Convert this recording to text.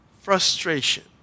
frustration